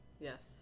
Yes